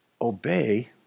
Obey